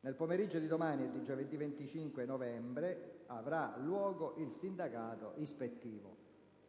Nel pomeriggio di domani e di giovedì 25 novembre avrà luogo il sindacato ispettivo.